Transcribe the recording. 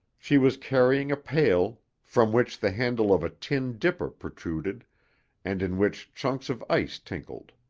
she was carrying a pail from which the handle of a tin dipper protruded and in which chunks of ice tinkled.